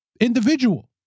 individual